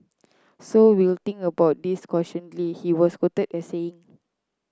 so we'll think about this cautiously he was quoted as saying